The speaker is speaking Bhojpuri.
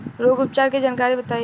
रोग उपचार के जानकारी बताई?